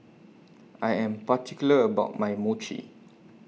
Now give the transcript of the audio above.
I Am particular about My Mochi